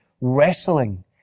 wrestling